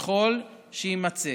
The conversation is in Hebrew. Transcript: ככל שיימצא